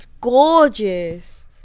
Gorgeous